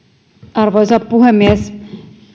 arvoisa puhemies